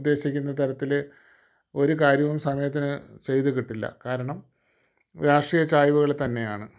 ഉദ്ദേശിക്കുന്ന തരത്തിൽ ഒരു കാര്യവും സമയത്തിന് ചെയ്തു കിട്ടില്ല കാരണം രാഷ്ട്രീയ ചായ്വുകൾ തന്നെയാണ്